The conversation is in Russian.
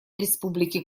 республики